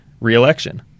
re-election